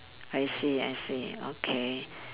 I see I see okay